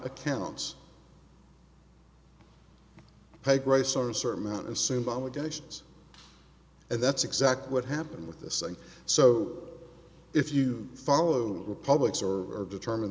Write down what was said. accounts high price or a certain amount of symbolic actions and that's exactly what happened with this and so if you follow the public's or are determined